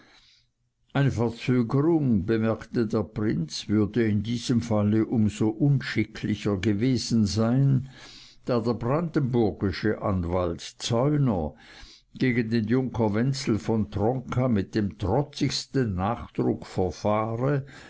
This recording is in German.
eine verzögerung bemerkte der prinz würde in diesem fall um so unschicklicher gewesen sein da der brandenburgische anwalt zäuner gegen den junker wenzel von tronka mit dem trotzigsten nachdruck verfahre